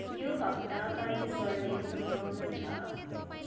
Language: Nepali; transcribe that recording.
यो हप्ता पानी पर्ने सम्भावना छ